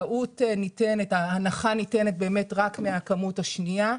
שההנחה ניתנת רק מהכמות השנייה.